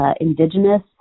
indigenous